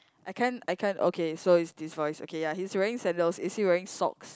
I can't I can't okay so is this voice okay ya he's wearing sandals is he wearing socks